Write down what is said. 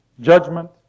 judgment